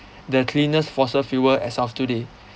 the cleanest fossil fuel as of today